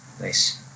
nice